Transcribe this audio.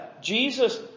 Jesus